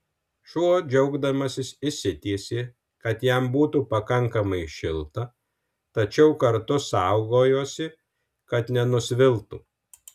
šuo džiaugdamasis išsitiesė kad jam būtų pakankamai šilta tačiau kartu saugojosi kad nenusviltų